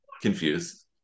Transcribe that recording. confused